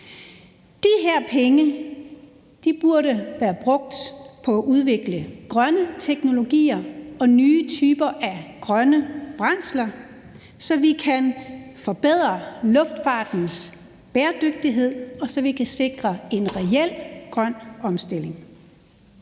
De her penge burde være brugt på at udvikle grønne teknologier og nye typer af grønne brændsler, så vi kan forbedre luftfartens bæredygtighed, og så vi kan sikre en reel grøn omstilling.